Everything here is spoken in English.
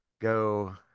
Go